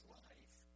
life